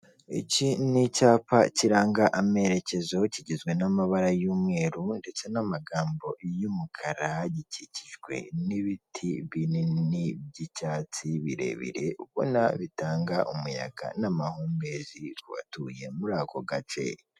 Iki ni icyapa kiranga amerekezo kigizwe n'amabara y'umweru ndetse n'amagambo y'umukara. Gikikijwe n'ibiti binini by'icyatsi birebire ubona bitanga umuyaga n'amahumbezi kubatuye muri ako gace.